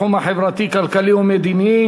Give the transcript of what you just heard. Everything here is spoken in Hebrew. סיעת רע"ם-תע"ל-מד"ע,